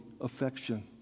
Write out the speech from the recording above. affection